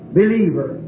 believer